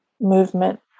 movement